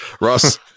Ross